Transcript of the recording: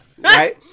Right